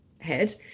head